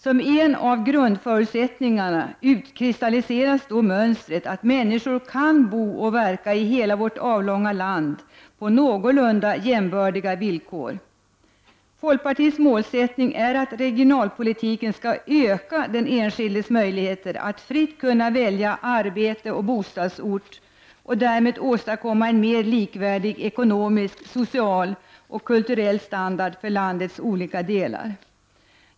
Som en av grundförutsättningarna utkristalliseras då mönstret att människor kan bo och verka i hela vårt avlånga land på någorlunda jämbördiga villkor. Folkpartiets målsättning är att regionalpolitiken skall öka den enskildes möjligheter att fritt kunna välja arbete och bostadsort och därmed åstadkomma en mer likvärdig ekonomisk, social och kulturell standard för landets olika delar.